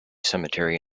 cemetery